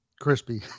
crispy